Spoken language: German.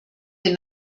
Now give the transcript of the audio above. den